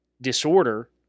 disorder